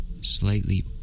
slightly